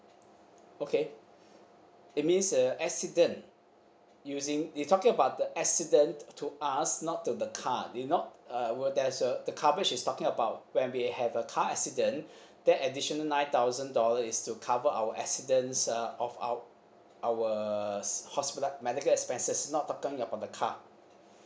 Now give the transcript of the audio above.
okay it means uh accident using you talking about the accident to us not to the car you not uh will there's a the coverage is talking about when we have a car accident that additional nine thousand dollar is to cover our accidents uh of our ours hospitali~ medical expenses not talking about the car